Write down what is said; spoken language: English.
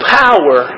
power